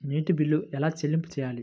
నీటి బిల్లు ఎలా చెల్లింపు చేయాలి?